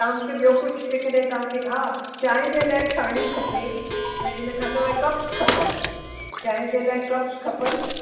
तव्हां मूंखे ॿियो कुझु जेकॾहिं तव्हा खे हा चाहिं जे लाइ छाणी खपे ऐं इनखां सवाइ कप्स खपनि चाहिं जे लाइ कप्स खपनि